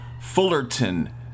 Fullerton